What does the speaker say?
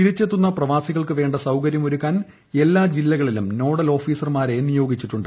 തിരിച്ചെത്തുന്ന പ്രവാസികൾക്ക് വേണ്ട സൌകരൃം ഒരുക്കാൻ എല്ലാ ജില്ലകളിലും നോഡൽ ഓഫീസർമാരെ നിയോഗിച്ചിട്ടുണ്ട്